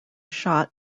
shot